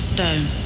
Stone